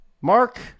Mark